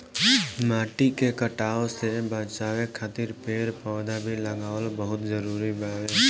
माटी के कटाव से बाचावे खातिर पेड़ पौधा भी लगावल बहुत जरुरी बावे